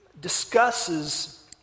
discusses